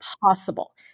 Possible